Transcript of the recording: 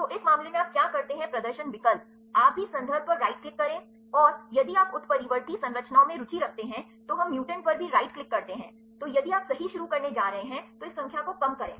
तो इस मामले में आप क्या करते हैं प्रदर्शन विकल्प आप भी संदर्भ पर राइट क्लिक करें और यदि आप उत्परिवर्ती संरचनाओं में रुचि रखते हैं तो हम म्यूटेंट पर भी राइट क्लिक करते हैं तो यदि आप सही शुरू करने जा रहे हैं तो इस संख्या को कम करें